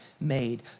made